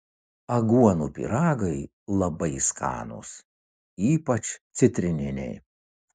aguonų pyragai labai skanūs ypač citrininiai